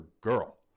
girl